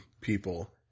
people